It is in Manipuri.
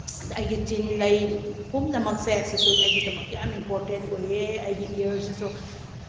ꯑꯗꯨꯗꯒꯤ ꯑꯩꯒꯤ ꯆꯤꯟ ꯂꯩ ꯄꯨꯝꯅꯃꯛꯁꯦ ꯁꯤꯁꯨ ꯑꯩꯒꯤꯗꯃꯛꯇ ꯌꯥꯝꯅ ꯏꯝꯄꯣꯔꯇꯦꯟ ꯑꯣꯏ ꯑꯩ ꯏꯌꯥꯔꯁꯤꯁꯨ